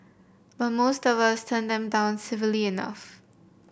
but most of us turn them down civilly enough